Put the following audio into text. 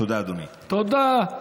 תודה,